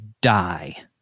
die